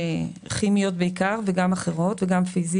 כימיות בעיקר אבל גם פיזיות.